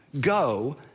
go